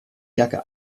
jacke